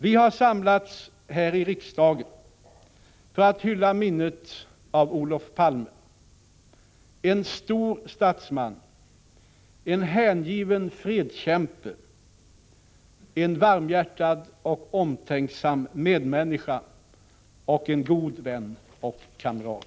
Vi har samlats här i riksdagen för att hylla minnet av Olof Palme — en stor statsman, en hängiven fredskämpe, en varmhjärtad och omtänksam medmänniska och en god vän och kamrat.